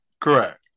Correct